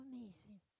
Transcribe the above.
Amazing